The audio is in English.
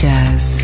Jazz